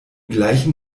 gleichen